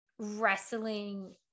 wrestling